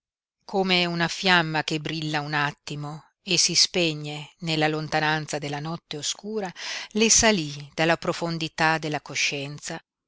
come una fiamma che brilla un attimo e si spegne nella lontananza della notte oscura le salí dalla profondità della coscienza